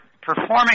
performing